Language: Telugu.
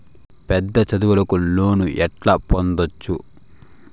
పెద్ద చదువులకు లోను ఎట్లా పొందొచ్చు